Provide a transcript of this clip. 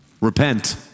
Repent